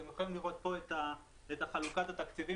אתם יכולים לראות בשקף את חלוקת התקציבים